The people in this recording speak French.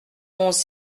onze